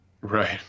right